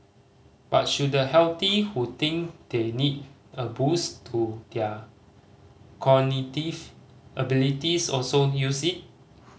but should the healthy who think they need a boost to their cognitive abilities also use it